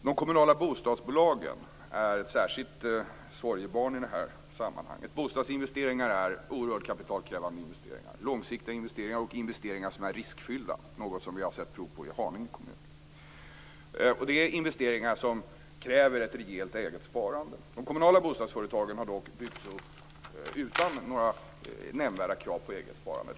De kommunala bostadsbolagen är ett särskilt sorgebarn i detta sammanhang. Bostadsinvesteringar är oerhört kapitalkrävande investeringar. Det är långsiktiga och riskfyllda investeringar - något som vi har sett prov på i Haninge kommun. Det är investeringar som kräver ett rejält eget sparande. De kommunala bostadsföretagen har dock byggts upp utan några nämnvärda krav på eget sparande.